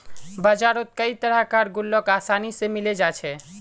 बजारत कई तरह कार गुल्लक आसानी से मिले जा छे